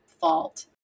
fault